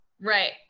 Right